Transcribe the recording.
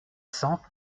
cent